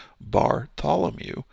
Bartholomew